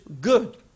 good